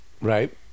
Right